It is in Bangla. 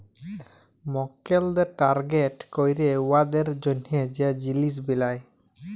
মক্কেলদের টার্গেট ক্যইরে উয়াদের জ্যনহে যে জিলিস বেলায়